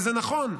וזה נכון,